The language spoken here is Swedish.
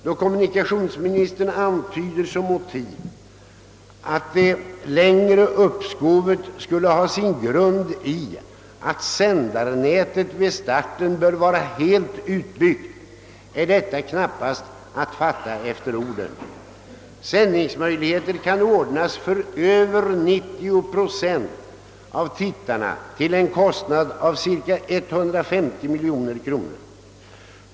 Då kommunikationsministern antyder att det längre uppskovet skulle ha sin grund i att sändarnätet ännu inte är helt utbyggt och att det bör vara fallet vid starten av TV 2, så kan man knappast fatta detta efter orden. Sändningsmöjligheter kan åstadkommas för över 90 procent av tittarna till en kostnad av 150 miljoner kronor.